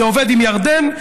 זה עובד עם ירדן,